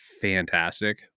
fantastic